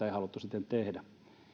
sitä ei haluttu sitten tehdä